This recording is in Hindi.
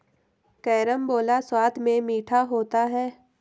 कैरमबोला स्वाद में मीठा होता है